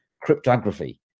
cryptography